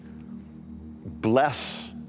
Bless